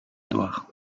édouard